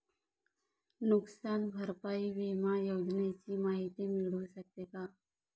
नुकसान भरपाई विमा योजनेची माहिती मिळू शकते का?